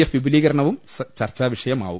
F വിപുലീകരണവും ചർച്ചാ വിഷയമാവും